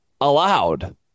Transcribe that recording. allowed